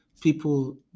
people